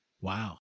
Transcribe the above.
Wow